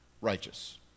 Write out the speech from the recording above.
righteous